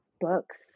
books